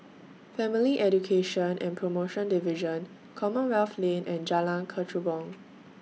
Family Education and promotion Division Commonwealth Lane and Jalan Kechubong